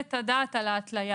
ההתליה